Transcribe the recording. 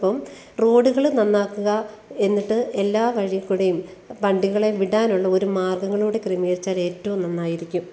അപ്പം റോഡുകൾ നന്നാക്കുക എന്നിട്ട് എല്ലാ വഴിക്കൂടേം വണ്ടികളെ വിടാനുള്ള ഒരു മാർഗ്ഗങ്ങളും കൂടി ക്രമീകരിച്ചാൽ ഏറ്റവും നന്നായിരിക്കും